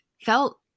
felt